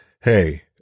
hey